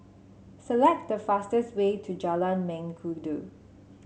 select the fastest way to Jalan Mengkudu